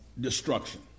destruction